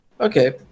okay